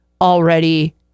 already